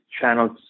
channels